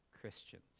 Christians